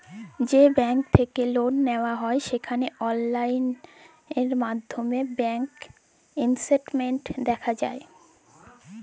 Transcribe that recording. যে ব্যাংক থ্যাইকে লল লিয়া হ্যয় সেখালে অললাইল মাইধ্যমে ব্যাংক ইস্টেটমেল্ট দ্যাখা যায়